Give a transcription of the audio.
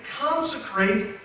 consecrate